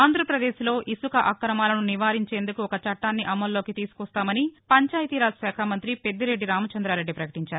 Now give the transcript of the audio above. ఆంధ్రప్రదేశ్లో ఇసుక అక్రమాలను నివారించేందుకు ఒక చట్టాన్ని అమల్లోకి తీసుకువస్తామని ను పంచాయతీరాజ్ శాఖ మంతి పెద్దిరెడ్డి రామచందారెడ్డి పకటించారు